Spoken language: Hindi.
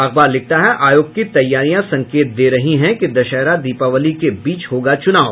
अखबार लिखता है आयोग की तैयारियां संकेत दे रही कि दशहरा दीपावली के बीच होगा चुनाव